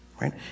right